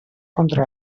contra